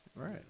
right